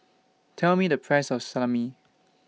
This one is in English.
Tell Me The Price of Salami